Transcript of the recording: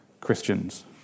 Christians